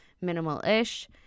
minimal-ish